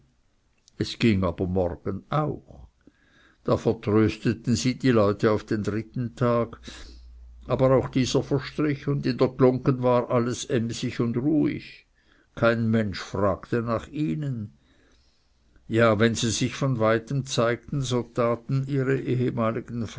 es ging aber morgen auch da vertrösteten sie die leute auf den dritten tag aber auch dieser verstrich in der glunggen war alles emsig und ruhig kein mensch fragte nach ihnen ja wenn sie sich von weitem zeigten so taten ihre ehemaligen